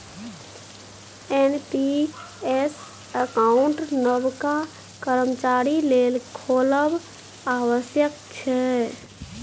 NPS account नबका कर्मचारी लेल खोलब आबश्यक छै